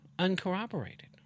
uncorroborated